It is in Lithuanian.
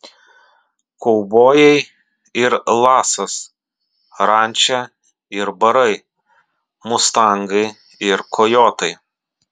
kaubojai ir lasas ranča ir barai mustangai ir kojotai